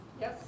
Yes